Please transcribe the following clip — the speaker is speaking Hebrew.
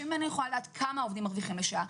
אם אני יכולה לדעת כמה העובדים מרוויחים לשעה,